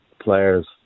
players